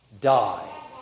Die